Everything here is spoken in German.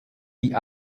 die